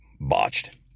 botched